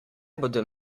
bodo